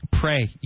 pray